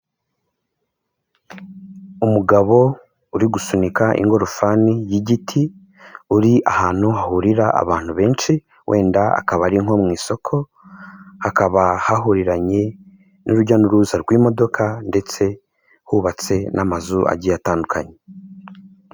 Umugabo uri gusunika ingorofani y'igiti, uri ahantu hahurira abantu benshi wenda akaba ari nko mu isoko hakaba hahuriranye n'urujya n'uruza rw'imodoka ndetse hubatse n'amazu agiye atandukanye.